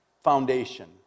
foundation